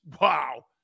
Wow